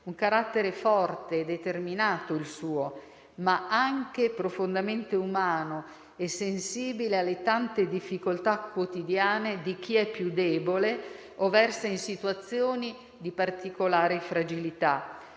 Un carattere forte e determinato, il suo, ma anche profondamente umano e sensibile alle tante difficoltà quotidiane di chi è più debole o versa in situazioni di particolare fragilità.